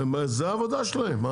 זו העבודה שלהם.